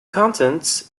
contents